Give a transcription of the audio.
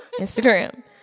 Instagram